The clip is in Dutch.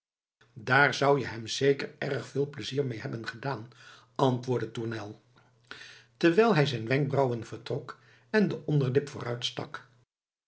daar zou je hem zeker erg veel pleizier mee hebben gedaan antwoordde tournel terwijl hij zijn wenkbrauwen vertrok en de onderlip